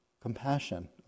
compassion